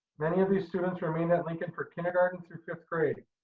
many of these students remained at lincoln for kindergarten through fifth grade.